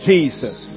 Jesus